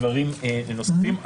דברים נוספים.